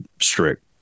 strict